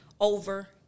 over